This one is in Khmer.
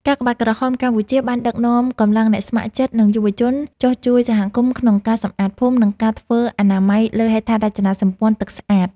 កាកបាទក្រហមកម្ពុជាបានដឹកនាំកម្លាំងអ្នកស្ម័គ្រចិត្ត និងយុវជនចុះជួយសហគមន៍ក្នុងការសម្អាតភូមិ និងការធ្វើអនាម័យលើហេដ្ឋារចនាសម្ព័ន្ធទឹកស្អាត។